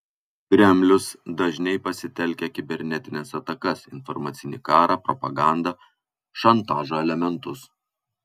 kremlius dažniai pasitelkia kibernetines atakas informacinį karą propagandą šantažo elementus